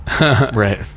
Right